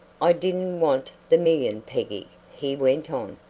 i didn't want the million, peggy, he went on.